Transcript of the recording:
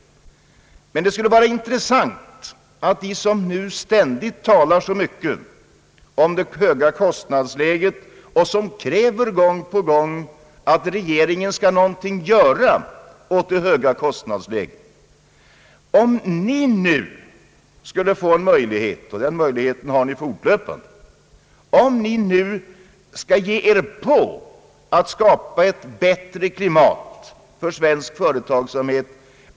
Det vore intressant att få veta vad ni, som nu talar så mycket om det höga kostnadsläget och gång på gång kräver att regeringen skall göra någonting åt det höga kostnadsläget, om ni skulle få en möjlighet — den möjligheten har ni fortlöpande — skulle göra för att skapa ett bättre klimat för svensk företagsamhet.